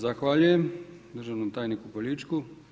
Zahvaljujem državnom tajniku Poljičku.